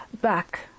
back